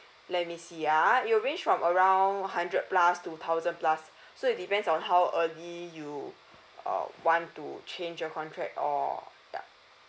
let me see ah it will range from around hundred plus to thousand plus so it depends on how early you uh want to change your contract or ya